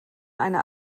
eine